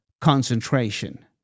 concentration